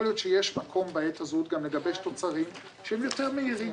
יכול להיות שיש מקום בעת הזו גם לגבש תוצרים שהם יותר מהירים,